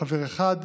חבר אחד,